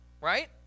Right